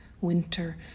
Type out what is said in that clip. Winter